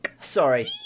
Sorry